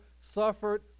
suffered